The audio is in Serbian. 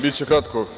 Biće kratko.